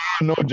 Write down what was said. no